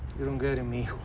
you don't get it, mi